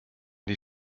die